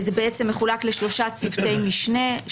זה בעצם מחולק לשלושה צוותי משנה,